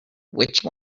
which